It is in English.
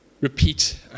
repeat